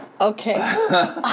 Okay